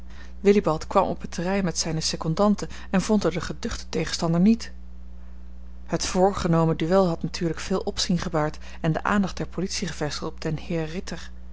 willibald kwam op het terrein met zijne secondanten en vond er den geduchten tegenstander niet het voorgenomen duel had natuurlijk veel opzien gebaard en de aandacht der politie gevestigd op den herr ritter